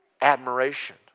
admiration